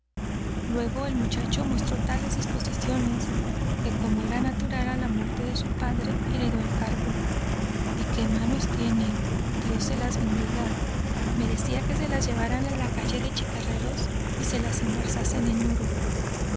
luego el muchacho mostró tales disposiciones que como era natural á la muerte de su padre heredó el cargo y qué manos tiene dios se las bendiga merecía que se las llevaran á la calle de chicarreros y se las engarzasen en oro